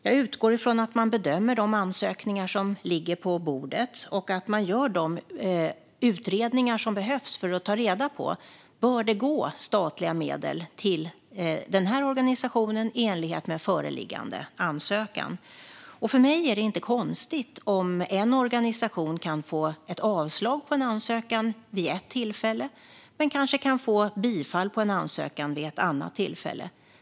Jag utgår från att man bedömer de ansökningar som ligger på bordet och att man gör de utredningar som behövs för att ta reda på om det bör gå statliga medel till en organisation i enlighet med föreliggande ansökan. För mig är det inte konstigt att en organisation kan få ett avslag på en ansökan vid ett tillfälle och bifall på en ansökan vid ett annat tillfälle.